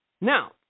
Now